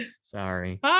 Sorry